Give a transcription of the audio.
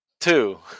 two